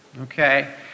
okay